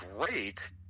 great